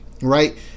Right